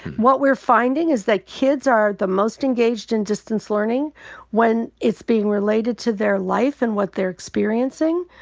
what we're finding is that kids are the most engaged in distance learning when it's being related to their life and what they're experiencing.